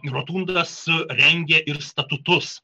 rotundas rengia ir statutus